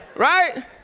Right